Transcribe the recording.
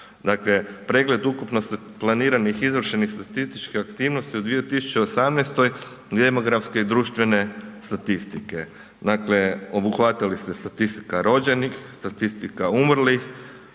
Dakle, pregled ukupno planiranih i izvršenih statističkih aktivnosti u 2018. demografske i društvene statistike. Dakle, obuhvatili ste statistika rođenih, statistika umrlih,